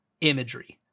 imagery